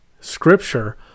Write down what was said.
Scripture